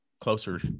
closer